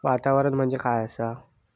वातावरण म्हणजे काय आसा?